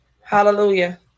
Hallelujah